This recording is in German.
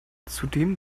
zudem